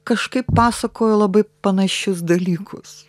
kažkaip pasakojo labai panašius dalykus